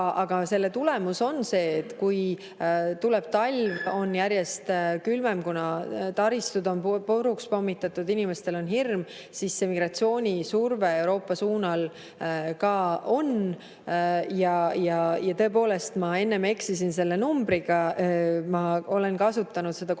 Aga selle tulemus on see, et kui tuleb talv, on järjest külmem, kuna taristud on puruks pommitatud, inimestel on hirm, siis see migratsioonisurve Euroopa suunal ka on. Ja tõepoolest, ma enne eksisin selle numbriga. Ma olen kasutanud seda 31